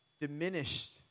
diminished